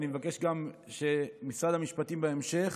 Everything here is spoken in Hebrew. ואני מבקש גם שמשרד המשפטים בהמשך